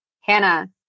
Hannah